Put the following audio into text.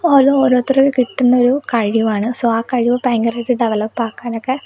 ഓരോ ഓരോത്തർക്ക് കിട്ടുന്ന ഒരു കഴിവാണ് സോ ആ കഴിവ് ഭയങ്കരായിട്ട് ഡെവലപ്പ് ആക്കാനൊക്കെ